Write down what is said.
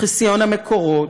חסיון המקורות,